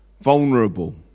vulnerable